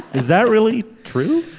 is that really true.